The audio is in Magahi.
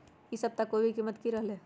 ई सप्ताह कोवी के कीमत की रहलै?